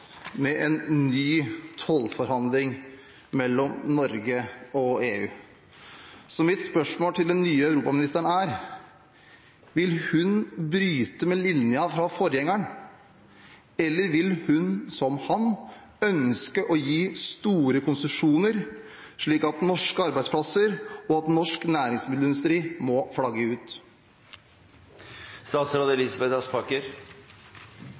med en ny tollforhandling mellom Norge og EU. Så mitt spørsmål til den nye europaministeren er: Vil hun bryte med linjen fra forgjengeren, eller vil hun – som han – ønske å gi store konsesjoner, slik at norske arbeidsplasser og norsk næringsmiddelindustri må flagge